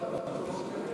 רבותי,